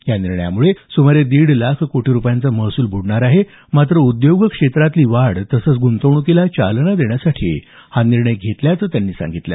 या निर्णयामुळे सुमारे दीड लाख कोटी रुपयांचा महसूल बुडणार आहे मात्र उद्योग क्षेत्रातली वाढ तसंच गुंतवण्कीला चालना देण्यासाठी हा निर्णय घेतल्याचं त्यांनी सांगितलं